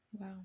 Wow